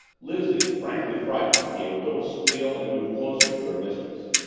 lizzie, frankly frightened, gave a little squeal and moved closer to her mistress.